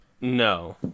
No